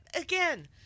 Again